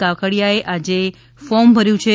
કાકડિયાએ આજે ફોર્મ ભર્યું છે